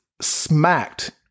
smacked